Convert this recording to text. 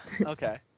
okay